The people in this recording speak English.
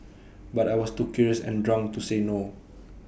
but I was too curious and drunk to say no